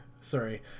Sorry